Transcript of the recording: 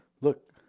look